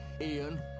Ian